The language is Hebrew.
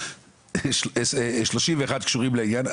31 קשורים לעניין,